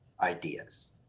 ideas